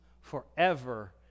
forever